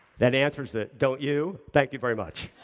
that answers it, don't you? thank you very much.